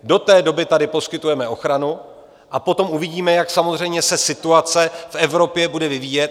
Do té doby tady poskytujeme ochranu a potom uvidíme, jak samozřejmě se situace v Evropě bude vyvíjet.